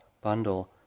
bundle